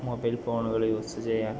mobile ഫോണുകൾ use ചെയ്യാൻ